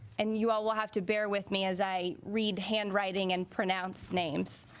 and you all will have to bear with me as i read handwriting and pronounce names